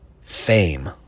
fame